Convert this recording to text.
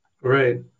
Right